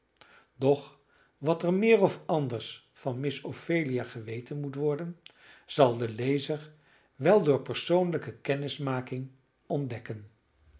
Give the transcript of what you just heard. doch wat er meer of anders van miss ophelia geweten moet worden zal de lezer wel door persoonlijke kennismaking ontdekken